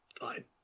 Fine